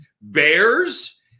bears